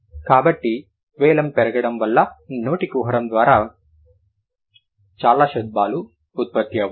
కాబట్టి వెలమ్ పెరగడం వల్ల నోటి కుహరం ద్వారా నోటి కుహరం ద్వారా చాలా శబ్దాలు ఉత్పత్తి అవుతాయి